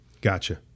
Gotcha